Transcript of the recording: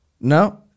no